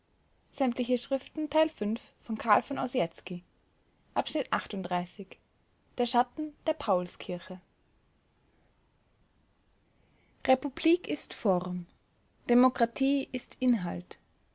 der schatten der paulskirche republik ist form demokratie ist inhalt